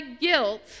guilt